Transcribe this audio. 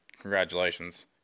congratulations